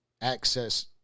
access